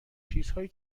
چیزهایی